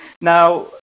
Now